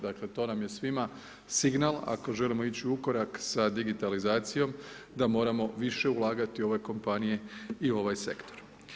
Dakle, to nam je svima signal ako želimo ići u korak sa digitalizacijom, da moramo više ulagati u ove kompanije i u ovaj sektor.